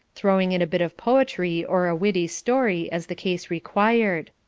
throwing in a bit of poetry or a witty story, as the case required.